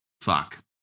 Fuck